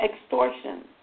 extortion